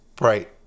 Right